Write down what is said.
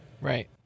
Right